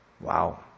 Wow